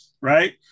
right